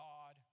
God